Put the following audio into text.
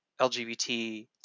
LGBT